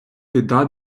біда